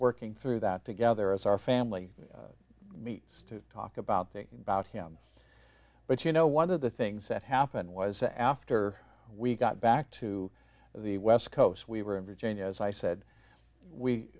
working through that together as our family meets to talk about thinking about him but you know one of the things that happened was after we got back to the west coast we were in virginia as i said we